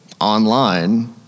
online